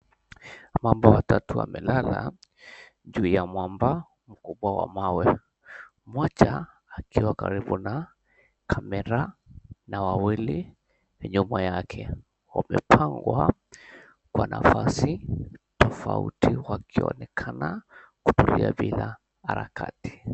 Mamba watatu wamelala juu ya mwamba 𝑚𝑘𝑢𝑏𝑤𝑎 wa mawe mmoja akiwa karibu na kamera na wawili nyuma yake wamepangwa kwa nafasi tofauti wakiwa wamekaa na kutulia bila harakati.